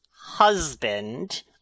husband